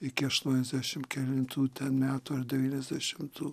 iki aštuoniasdešim kelintų metų ar devyniasdešimtų